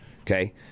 Okay